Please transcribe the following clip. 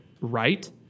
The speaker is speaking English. right